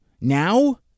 Now